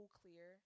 clear